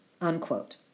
Unquote